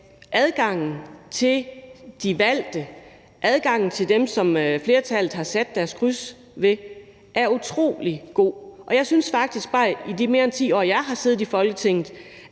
adgangen til de valgte, adgangen til dem, som flertallet har sat deres kryds ved, er utrolig god. Jeg synes faktisk, at adgangen for befolkningen